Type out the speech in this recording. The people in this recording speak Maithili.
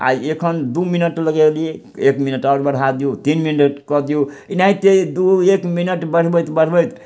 आओर एखन दू मिनट लगेलिए एक मिनट आओर बढ़ा दियौ तीन मिनट कऽ दियौ एनाहिते दू एक मिनट बढ़बैत बढ़बैत